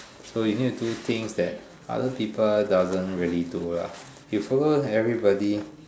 so you need to do things that other people doesn't really do lah you follow everybody